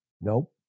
Nope